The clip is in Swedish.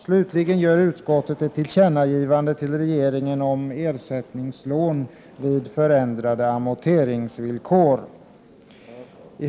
Slutligen gör utskottet ett tillkännagivande till regeringen om ersättningslån vid förändrade amorteringsvillkor.